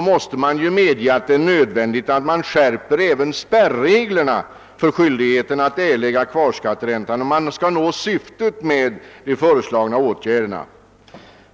måste man medge att det är nödvändigt att även skärpa spärreglerna för skyldigheten att erlägga kvarskatteränta, om man skall nå syftet med de föreslagna åtgärderna.